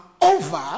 over